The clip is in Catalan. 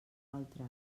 altre